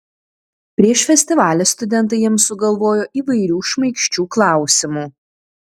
prieš festivalį studentai jiems sugalvojo įvairių šmaikščių klausimų